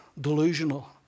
delusional